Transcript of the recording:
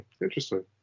Interesting